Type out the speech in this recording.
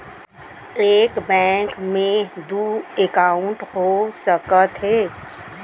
एक बैंक में दू एकाउंट हो सकत हे?